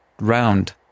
round